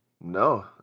No